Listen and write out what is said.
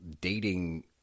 dating